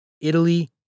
Italy